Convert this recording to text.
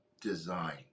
design